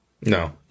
No